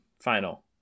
final